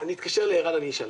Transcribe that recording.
אני אתקשר לערן, אני אשאל.